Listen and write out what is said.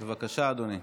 בבקשה, אדוני.